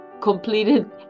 completed